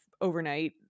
overnight